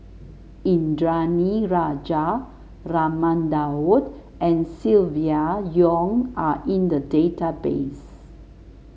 Indranee Rajah Raman Daud and Silvia Yong are in the database